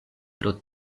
pro